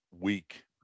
week